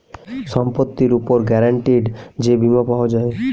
সম্পত্তির উপর গ্যারান্টিড যে বীমা পাওয়া যায়